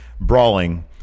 brawling